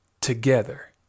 together